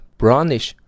brownish